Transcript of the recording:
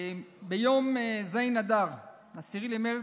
ביום ז' באדר, 10 במרץ,